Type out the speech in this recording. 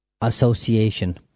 association